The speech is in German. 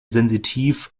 sensitiv